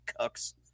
cucks